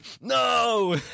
No